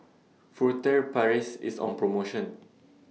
Furtere Paris IS on promotion